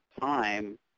time